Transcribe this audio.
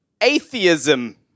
atheism